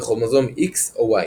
וכרומוזום X או Y